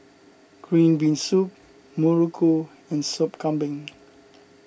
Green Bean Soup Muruku and Soup Kambing